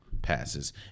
passes